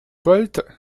polt